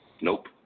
Nope